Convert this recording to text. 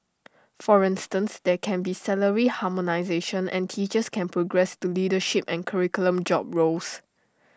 for instance there can be salary harmonisation and teachers can progress to leadership and curriculum job roles